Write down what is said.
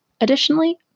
Additionally